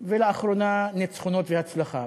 ולאחרונה, ניצחונות והצלחה.